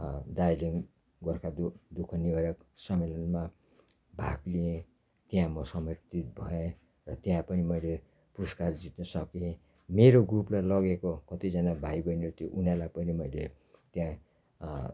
दार्जिलिङ गोर्खा दु दुःख निवारक सम्मेलनमा भाग लिएँ त्यहाँ म समर्पित भएँ र त्यहाँ पनि मैले पुरस्कार जित्नु सकेँ मेरो ग्रुपलाई लगेको कतिजाना भाइबहिनी थियो उनीहरूलाई पनि मैले त्यहाँ